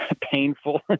painful